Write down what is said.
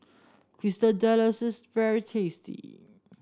quesadillas is very tasty